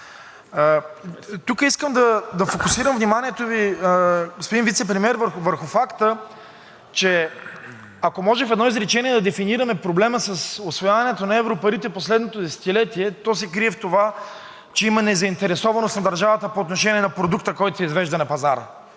Тук искам да фокусирам вниманието Ви, господин Вицепремиер, върху факта, че ако може в едно изречение да дефинираме проблема с усвояването на европарите в последното десетилетие, то се крие в това, че има незаинтересованост на държавата по отношение на продукта, който се извежда на пазара,